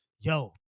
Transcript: Yo